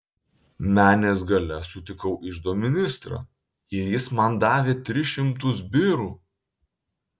menės gale sutikau iždo ministrą ir jis man davė tris šimtus birų